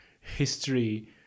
history